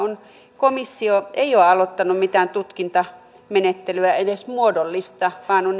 komissio ei ole aloittanut mitään tutkintamenettelyä edes muodollista vaan on